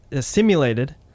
simulated